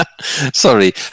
Sorry